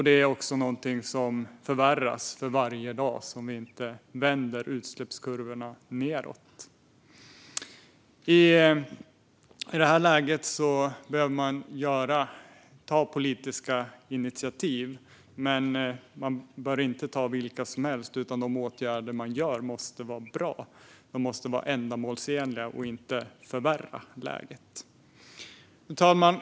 Det är också någonting som förvärras för varje dag som vi inte vänder utsläppskurvorna nedåt. I det här läget behöver man ta politiska initiativ. Men man bör inte ta vilka som helst, utan de åtgärder man gör måste vara bra. De måste vara ändamålsenliga och inte förvärra läget. Fru talman!